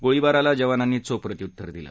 गोळीबाराला जवानांनी चोख प्रत्युत्तर दिलं